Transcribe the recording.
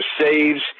saves